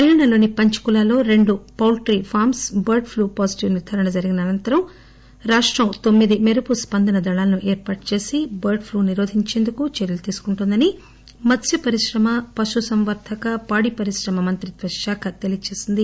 హర్యానాలోని పంచ్కులాలో రెండు పౌల్టీఫామ్సా బర్డ్ ప్లూ పాజిటివ్ నిర్దారణ జరిగిన అనంతరం రాష్టం తొమ్మిది మెరుపు స్పందన దళాలను ఏర్పాటు చేసి బర్డ్ ప్లూ ను నిరోధించేందుకు చర్యలు తీసుకుంటోందని మత్స్పపరిశ్రమ పశుసంవర్గక పాడిపరిశ్రమ మంత్రిత్వ శాఖ తెలియజేసింది